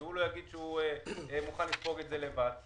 שהוא לא יגיד שהוא מוכן לספוג את זה לבד.